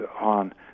on